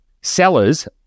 sellers